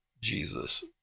Jesus